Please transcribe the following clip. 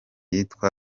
yitwa